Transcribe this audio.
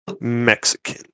Mexican